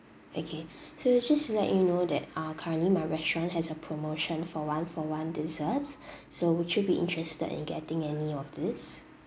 okay so just to let you know that uh currently my restaurant has a promotion for one for one desserts so would you be interested in getting any of this